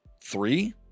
three